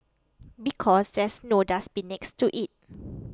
because there's no dustbin next to it